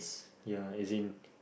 ya as in